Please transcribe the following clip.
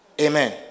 Amen